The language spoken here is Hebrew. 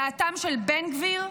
דעתם של בן גביר,